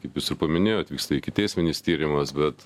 kaip jūs ir paminėjot vyksta ikiteisminis tyrimas bet